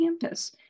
campus